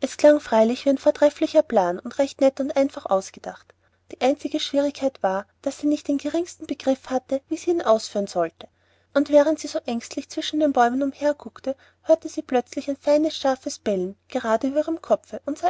es klang freilich wie ein vortrefflicher plan und recht nett und einfach ausgedacht die einzige schwierigkeit war daß sie nicht den geringsten begriff hatte wie sie ihn ausführen sollte und während sie so ängstlich zwischen den bäumen umherguckte hörte sie plötzlich ein scharfes feines bellen gerade über ihrem kopfe und